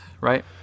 right